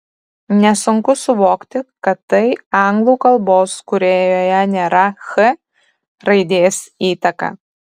nesunku suvokti kad tai anglų kalbos kurioje nėra ch raidės įtaka